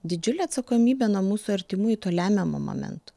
didžiulę atsakomybę nuo mūsų artimųjų tuo lemiamu momentu